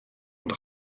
und